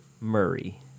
Murray